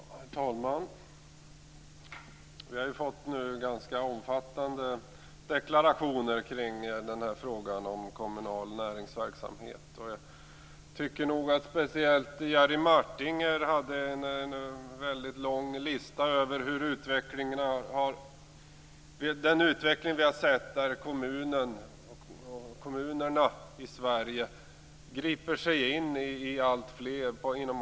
Herr talman! Vi har nu fått ganska omfattande deklarationer kring frågan om kommunal näringsverksamhet. Speciellt redovisade Jerry Martinger en lång lista över en utveckling innebärande att kommunerna i Sverige griper in på alltfler områden.